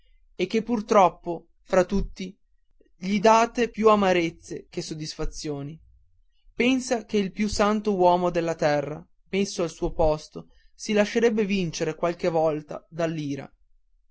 e che pur troppo fra tutti gli date più amarezze che soddisfazioni pensa che il più santo uomo della terra messo al suo posto si lascerebbe vincere qualche volta